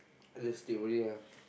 I just sleep only ah